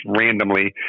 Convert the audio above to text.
randomly